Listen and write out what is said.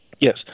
Yes